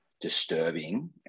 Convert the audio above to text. disturbing